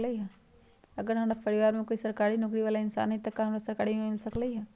अगर हमरा परिवार में कोई सरकारी नौकरी बाला इंसान हई त हमरा सरकारी बीमा मिल सकलई ह?